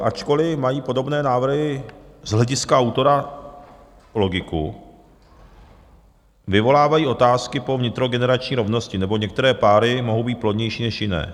Ačkoliv mají podobné návrhy z hlediska autora logiku, vyvolávají otázky po vnitrogenerační rovnosti, neboť některé páry mohou být plodnější než jiné.